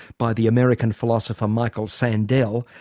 by the american philosopher michael sandel,